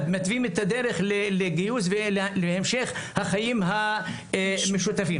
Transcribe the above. מתווים את הדרך לגיוס ולהמשך החיים המשותפים.